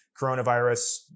coronavirus